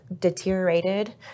deteriorated